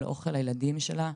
על אוכל עבור הילדים שלה.